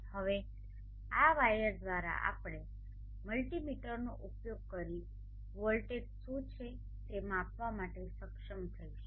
હવે આ વાયર દ્વારા આપણે મલ્ટિમીટરનો ઉપયોગ કરીને વોલ્ટેજ શું છે તે માપવા માટે સક્ષમ થઈશું